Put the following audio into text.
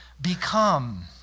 become